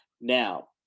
Now